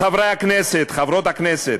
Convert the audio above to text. חברי הכנסת, חברות הכנסת,